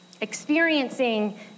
experiencing